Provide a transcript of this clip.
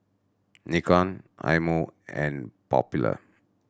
Nikon Eye Mo and Popular